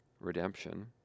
redemption